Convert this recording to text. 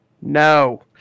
No